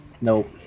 Nope